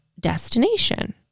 destination